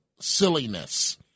Silliness